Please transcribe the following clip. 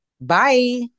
Bye